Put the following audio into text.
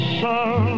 sun